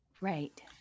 Right